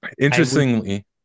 Interestingly